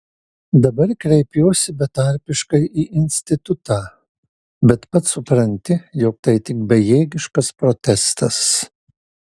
dabar kreipiuosi betarpiškai į institutą bet pats supranti jog tai tik bejėgiškas protestas